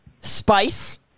Spice